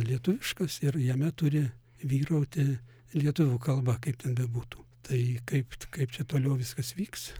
lietuviškas ir jame turi vyrauti lietuvių kalba kaip ten bebūtų tai kaip kaip čia toliau viskas vyks